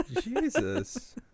Jesus